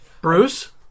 Bruce